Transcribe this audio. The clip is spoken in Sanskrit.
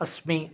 अस्मि